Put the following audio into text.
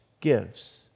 gives